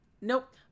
Nope